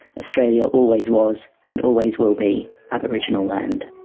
australia always was and always will be aboriginal land.